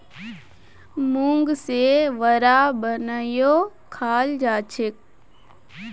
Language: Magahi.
मूंग से वड़ा बनएयों खाल जाछेक